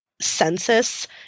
census